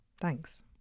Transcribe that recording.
Thanks